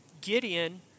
Gideon